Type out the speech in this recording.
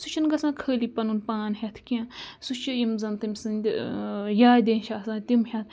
سُہ چھُنہٕ گژھان خٲلی پَنُن پان ہیٚتھ کینٛہہ سُہ چھِ یِم زَن تٔمۍ سٕنٛدِ یادے چھِ آسان تِم ہٮ۪تھ